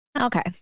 Okay